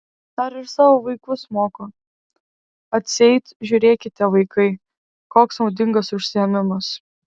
dar ir savo vaikus moko atseit žiūrėkite vaikai koks naudingas užsiėmimas